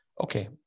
Okay